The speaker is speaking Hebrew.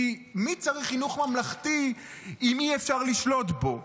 כי מי צריך חינוך ממלכתי אם אי-אפשר לשלוט בו?